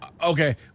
Okay